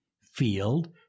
field